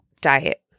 diet